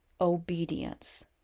obedience